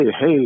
Hey